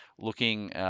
Looking